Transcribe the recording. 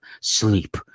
sleep